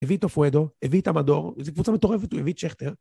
הביא איתו פואדו, הביא איתו אמדור, זה קבוצה מטורפת, הוא הביא את שכטר.